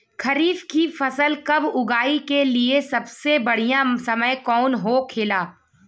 खरीफ की फसल कब उगाई के लिए सबसे बढ़ियां समय कौन हो खेला?